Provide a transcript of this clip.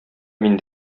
мин